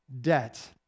debt